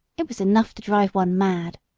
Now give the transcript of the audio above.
it was enough to drive one mad.